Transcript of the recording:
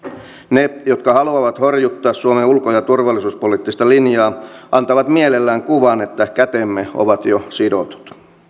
ne jotka haluavat horjuttaa suomen ulko ja turvallisuuspoliittista linjaa antavat mielellään kuvan että kätemme ovat jo sidotut